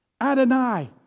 Adonai